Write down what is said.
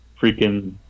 freaking